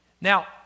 Now